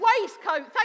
Waistcoat